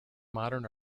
modern